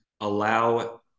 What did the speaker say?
allow